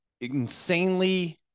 insanely